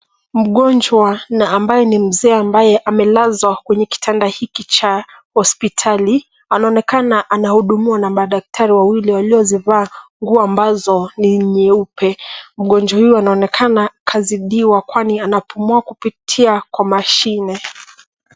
Mgonjwa na ambaye ni mzee ambaye amelazwa kwenye kitanda hiki cha hospitali. Anaonekana anahudumiwa na madaktari wawili waliozivaa nguo ambazo ni nyeupe. Mgonjwa huyu anaonekana kazidiwa kwani anapumua kupitia kwa mashine.